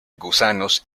gusanos